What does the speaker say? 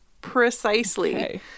Precisely